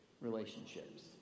relationships